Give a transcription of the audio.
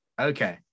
okay